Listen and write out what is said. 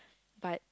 but